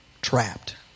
trapped